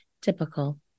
typical